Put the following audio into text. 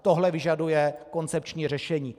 Tohle vyžaduje koncepční řešení.